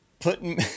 putting